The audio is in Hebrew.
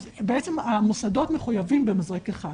אז בעצם המוסדות מחויבים במזרק אחד